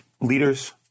leaders